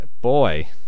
Boy